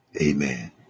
amen